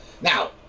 now